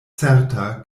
certa